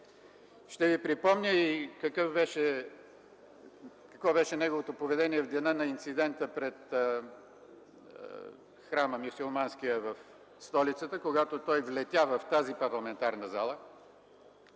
Ще ви припомня и какво беше неговото поведение в деня на инцидента пред мюсюлманския храм в столицата, когато той влетя в тази парламентарна зала,